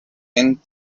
tenth